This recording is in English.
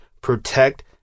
protect